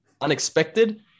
Unexpected